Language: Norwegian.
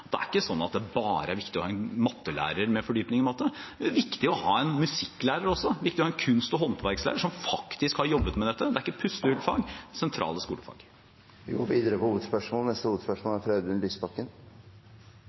at det bare er viktig å ha en mattelærer med fordypning i matte, det er viktig også å ha en musikklærer og en lærer i kunst og håndverk som faktisk har jobbet med dette. Det er ikke pustehullfag, det er sentrale skolefag. Vi går videre til neste hovedspørsmål.